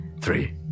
Three